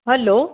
hello